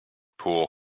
poole